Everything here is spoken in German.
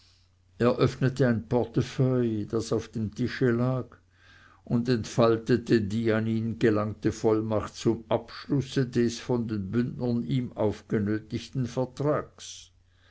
öffnete ein portefeuille das auf dem tische lag und entfaltete die an ihn gelangte vollmacht zum abschlusse des von den bündnern ihm aufgenötigten vertrags